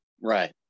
Right